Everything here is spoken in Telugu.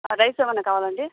రైస్ ఏమైనా కావాలా అండి